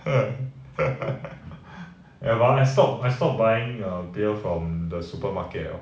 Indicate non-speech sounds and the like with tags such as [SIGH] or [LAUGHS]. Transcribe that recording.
[LAUGHS] ya but I stop I stop buying err beer from the supermarket 了